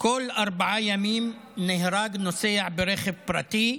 בכל ארבעה ימים נהרג נוסע ברכב פרטי,